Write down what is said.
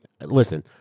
listen